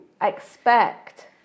expect